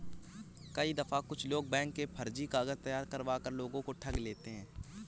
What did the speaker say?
कई दफा कुछ लोग बैंक के फर्जी कागज तैयार करवा कर लोगों को ठग लेते हैं